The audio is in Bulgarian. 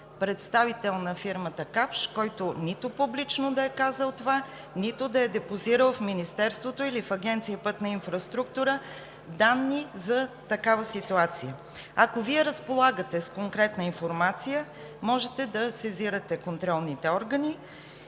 представител на фирмата „Капш“, който публично да е казал това, нито пък да е депозирал в Министерството или в Агенция „Пътна инфраструктура“ данни за такава ситуация. Ако Вие разполагате с конкретна информация, можете да сезирате контролните органи.